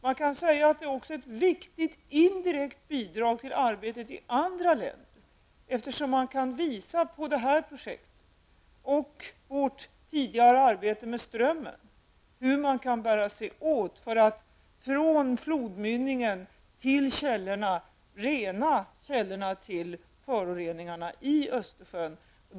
Det kan sägas att det också är ett viktigt indirekt bidrag till arbetet i andra länder, eftersom vi kan visa med det här projektet och vårt tidigare arbete med Strömmen hur man kan bära sig åt för att från flodmynningen till källorna spåra ursprunget till föroreningarna i Östersjön.